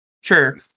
Sure